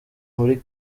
muri